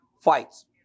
fights